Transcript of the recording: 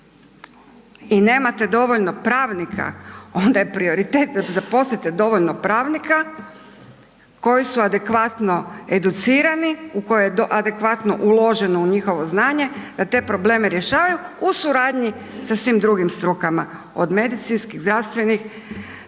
i nemate dovoljno pravnika onda je prioritet da zaposlite dovoljno pravnika koji su adekvatno educirani, u koje je adekvatno uloženo u njihovo znanje da te probleme rješavanju u suradnji sa svim drugim strukama od medicinskih, zdravstvenih,